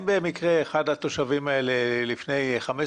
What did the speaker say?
אם במקרה אחד התושבים האלה לפני 15